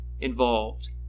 involved